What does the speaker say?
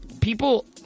People